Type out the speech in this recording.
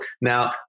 Now